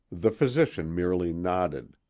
the physician merely nodded.